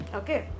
okay